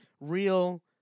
real